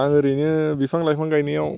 आं ओरैनो बिफां लाइफां गायनायाव